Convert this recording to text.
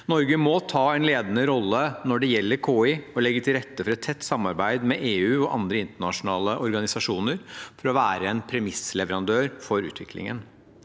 Norge må ta en ledende rolle når det gjelder KI, og legge til rette for et tett samarbeid med EU og andre internasjonale organisasjoner for å være en premissleverandør for utviklingen.